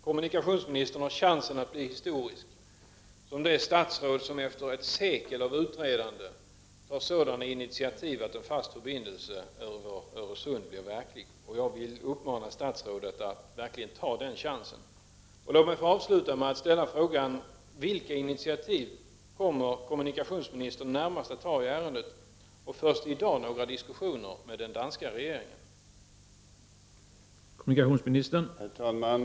Kommunikationsministern har chansen att bli historisk som det statsråd som efter ett sekel av utredande tar sådana initiativ att en fast förbindelse över Öresund blir verklighet. Jag vill uppmana statsrådet att verkligen ta den chansen. Låt mig avsluta med att fråga: Vilka initiativ kommer kommunikationsministern närmast att ta i ärendet? Förs det i dag några diskussioner med den danska regeringen i denna fråga? Herr talman! Mitt arbete på denna punkt baseras inte på ambitionen att — 28 november 1989 bli historisk. Om resultatet skulle leda till detta har jag naturligtvis inget SG emot det.